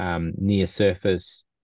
near-surface